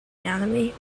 enemy